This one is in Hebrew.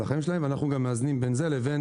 על החיים שלהם ואנחנו גם מאזנים בין הדברים